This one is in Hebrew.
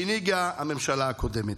שהנהיגה הממשלה הקודמת.